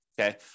okay